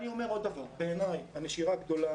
אני אומר עוד דבר: בעיניי הנשירה הגדולה